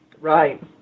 Right